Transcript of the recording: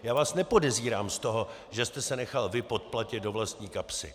Já vás nepodezírám z toho, že jste se nechal vy podplatit do vlastní kapsy.